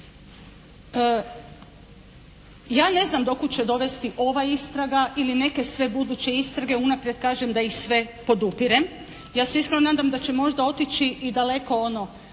Ja ne znam do kuda će dovesti ova istraga ili neke sve buduće istrage, unaprijed kažem da ih sve podupirem. Ja se iskreno nadam da će možda otići i daleko u